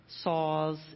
Saws